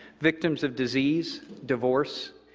victims of disease, divorce,